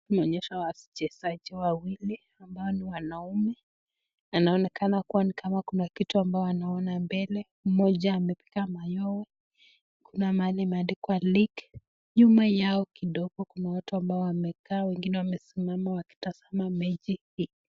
Tumeonyeshwa wachezaji wawili ambao ni wanaume, anaonekana kuwa ni kama kuna kitu ambao wanaona mbele, moja amepiga manyoe, kuna mahali imeandikwa league, nyuma yao kidogo kuna watu ambao wamekaa wengine wamesimama wakitazama mechi hii.